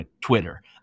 Twitter